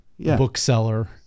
Bookseller